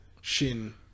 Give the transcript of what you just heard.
Shin